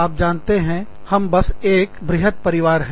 आप जानते हो हम बस एक हैं बृहत् परिवार हैं